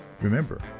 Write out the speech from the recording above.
Remember